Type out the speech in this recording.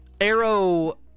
arrow